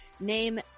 Name